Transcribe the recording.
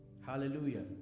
Hallelujah